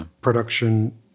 production